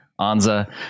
Anza